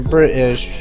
British